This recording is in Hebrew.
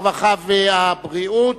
הרווחה והבריאות